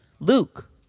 Luke